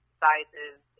sizes